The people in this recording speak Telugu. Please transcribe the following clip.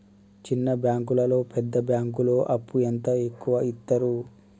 చిన్న బ్యాంకులలో పెద్ద బ్యాంకులో అప్పు ఎంత ఎక్కువ యిత్తరు?